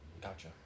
Gotcha